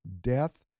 death